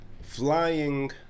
Flying